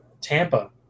Tampa